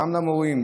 גם למורים,